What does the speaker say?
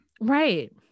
right